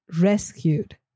rescued